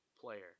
player